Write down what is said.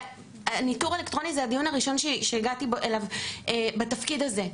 וניתור אלקטרוני זה הדיון הראשון שהגעתי אליו בתפקיד הזה.